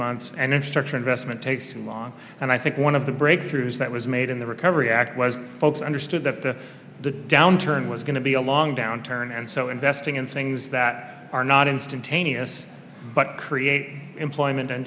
months and then structure investment takes a long and i think one of the breakthroughs that was made in the recovery act was folks understood up to the downturn it was going to be a long downturn and so investing in things that are not instantaneous but create employment and